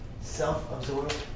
self-absorbed